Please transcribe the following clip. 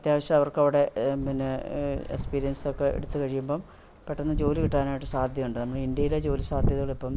അത്യാവശ്യം അവർക്ക് അവിടെ പിന്നെ എക്സ്പീരിയൻസൊക്ക എടുത്ത് കഴിയുമ്പം പെട്ടെന്ന് ജോലി കിട്ടാനായിട്ട് സാധ്യതയുണ്ട് നമ്മുടെ ഇന്ത്യയിലെ ജോലി സാധ്യതകൾ ഇപ്പം